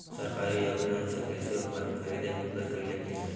सरकारी योगदान से कृषि उपकरण खरीदे के प्रक्रिया की हय?